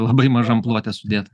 labai mažam plote sudėta